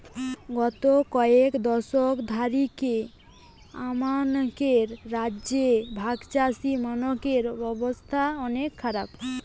গত কয়েক দশক ধরিকি আমানকের রাজ্য রে ভাগচাষীমনকের অবস্থা অনেক খারাপ